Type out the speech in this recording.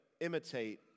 imitate